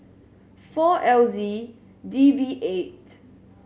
four L Z D V eight